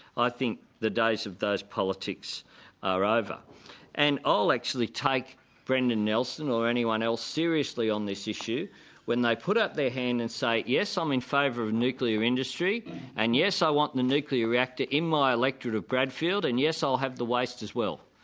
i think the days of those politics are over and i'll actually take brendan nelson or anyone else seriously on this issue when they put up their hand and say yes, i'm in favour of a nuclear industry and yes, i want the nuclear reactor in my electorate of bradfield and yes, i'll have the waste as well.